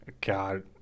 God